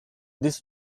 this